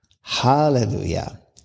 Hallelujah